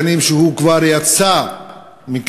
שמונה שנים שהוא כבר יצא מכאן,